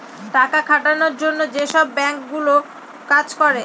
টাকা খাটানোর জন্য যেসব বাঙ্ক গুলো কাজ করে